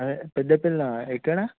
అదే పెద్దపెల్లేమా ఎక్కడ